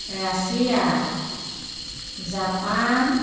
Russia Japan